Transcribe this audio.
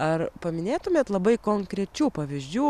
ar paminėtumėt labai konkrečių pavyzdžių